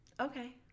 Okay